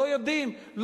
לא יודעים?